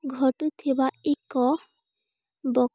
ଘଟୁଥିବା ଏକ ବକ୍